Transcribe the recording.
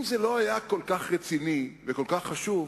אם זה לא היה כל כך רציני וכל כך חשוב,